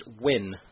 win